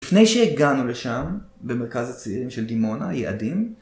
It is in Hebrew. לפני שהגענו לשם, במרכז הצעירים של דימונה, יעדים,